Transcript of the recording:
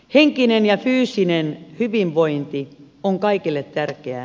henkinen ja fyysinen hyvinvointi on kaikille tärkeää